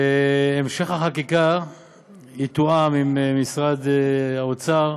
והמשך החקיקה יתואם עם משרד האוצר,